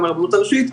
גם מהרבנות הראשית,